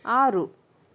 ಆರು